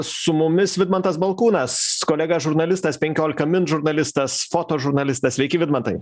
su mumis vidmantas balkūnas kolega žurnalistas penkiolika min žurnalistas fotožurnalistas sveiki vidmantai